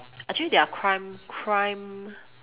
actually their crime crime